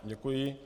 Děkuji.